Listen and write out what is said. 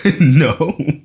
No